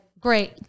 great